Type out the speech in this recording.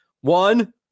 one